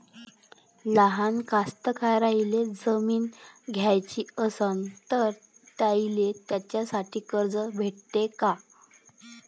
लहान कास्तकाराइले शेतजमीन घ्याची असन तर त्याईले त्यासाठी कर्ज भेटते का?